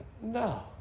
no